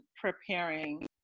preparing